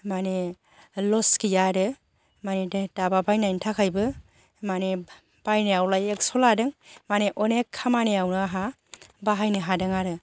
मानि लस गैया आरो मानि दाबा बायनायनि थाखायबो मानि बायनायावलाय एकश' लादों मानि अनेक खामानियावनो आहा बाहायनो हादों आरो